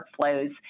workflows